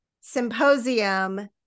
Symposium